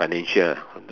financial